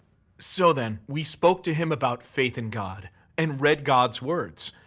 so then, we spoke to him about faith in god and read god's words.